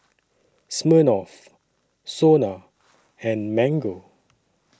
Smirnoff Sona and Mango